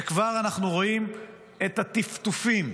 וכבר אנחנו רואים את הטפטופים.